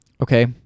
Okay